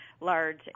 large